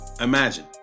Imagine